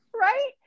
right